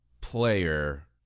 player